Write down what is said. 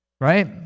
Right